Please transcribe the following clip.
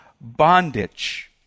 bondage